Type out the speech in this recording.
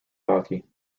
hockey